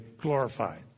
glorified